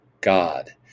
God